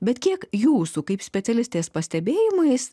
bet kiek jūsų kaip specialistės pastebėjimais